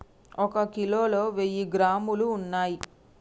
ఒక కిలోలో వెయ్యి గ్రాములు ఉన్నయ్